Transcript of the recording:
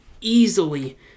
easily